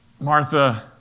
Martha